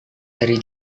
dari